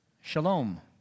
shalom